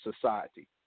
society